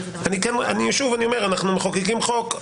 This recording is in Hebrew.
שוב אני אומר: אנחנו מחוקקים חוק.